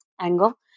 angle